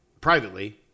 privately